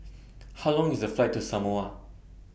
How Long IS The Flight to Samoa